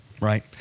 right